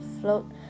float